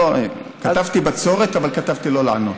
כתבתי "בצורת", אבל כתבתי "לא לענות".